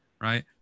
right